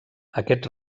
aquests